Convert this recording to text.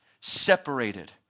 separated